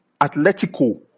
Atletico